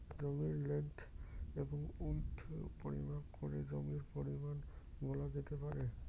জমির লেন্থ এবং উইড্থ পরিমাপ করে জমির পরিমান বলা যেতে পারে